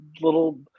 little